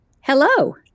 hello